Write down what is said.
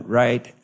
right